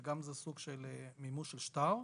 שזה סוג של מימוש של שטר,